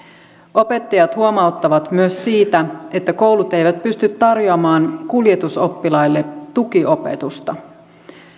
opettajat huomauttavat myös siitä että koulut eivät pysty tarjoamaan kuljetusoppilaille tukiopetusta